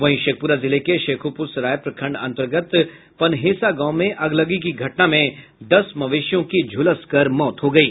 वहीं शेखपुरा जिले के शेखोपुरसराय प्रखंड अंतर्गत पनहेसा गांव में अगलगी की घटना में दस मवेशियों की झुलस कर मौत हो गयी